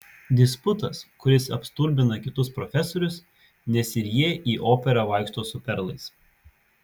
disputas kuris apstulbina kitus profesorius nes ir jie į operą vaikšto su perlais